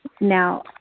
Now